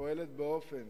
פועלת באופן